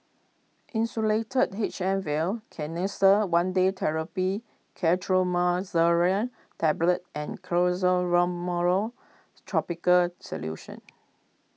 Insulatard H M Vial Canesten one Day therapy Tablet and tropical solution